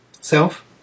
Self